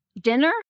Dinner